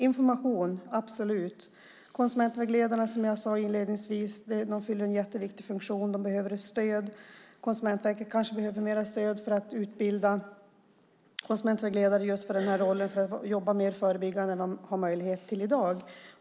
Information - absolut. Som jag sade inledningsvis fyller konsumentvägledarna en jätteviktig funktion. Konsumentverket kanske behöver mer stöd för att utbilda konsumentvägledare just för rollen att jobba mer förebyggande än vad de har möjlighet att göra i dag.